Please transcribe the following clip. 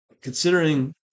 considering